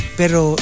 pero